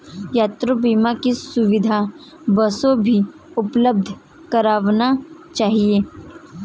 यात्रा बीमा की सुविधा बसों भी उपलब्ध करवाना चहिये